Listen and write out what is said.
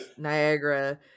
Niagara